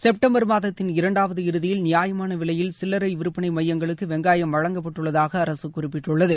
September மாதத்தின் இரண்டாவது இறுதியில் நியாயமான விலையில் சில்லரை விற்பனை மையங்களுக்கு வெங்காயம் வழங்கப்பட்டதாக அரசு குறிப்பிட்டுள்ளது